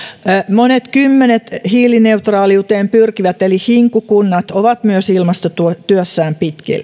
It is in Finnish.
monet kymmenet hiilineutraaliuteen pyrkivät eli hinku kunnat ovat myös ilmastotyössään